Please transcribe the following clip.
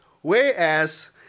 whereas